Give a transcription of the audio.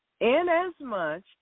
Inasmuch